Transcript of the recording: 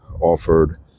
offered